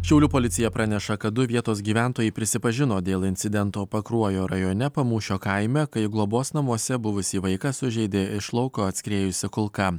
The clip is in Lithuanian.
šiaulių policija praneša kad du vietos gyventojai prisipažino dėl incidento pakruojo rajone pamūšio kaime kai globos namuose buvusį vaiką sužeidė iš lauko atskriejusi kulka